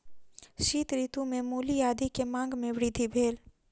शीत ऋतू में मूली आदी के मांग में वृद्धि भेल